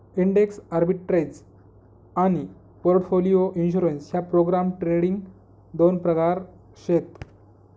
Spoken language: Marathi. इंडेक्स आर्बिट्रेज आनी पोर्टफोलिओ इंश्योरेंस ह्या प्रोग्राम ट्रेडिंग दोन प्रकार शेत